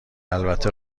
البته